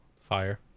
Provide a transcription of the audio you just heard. Fire